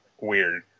weird